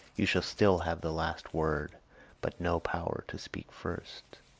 you shall still have the last word but no power to speak first.